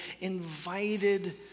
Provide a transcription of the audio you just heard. invited